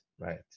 right